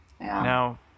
Now